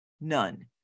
None